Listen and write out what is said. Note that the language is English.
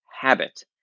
habit